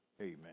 Amen